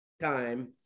time